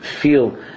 feel